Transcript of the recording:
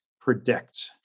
predict